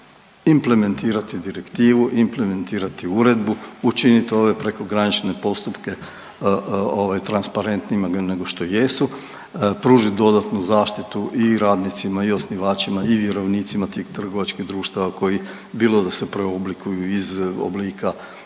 implementirati direktivu, implementirati uredbu, učinit ove prekogranične postupke ovaj transparentnijima nego što jesu, pružit dodatnu zaštitu i radnicima i osnivačima i vjerovnicima tih trgovačkih društava koji bilo da se preoblikuju iz oblika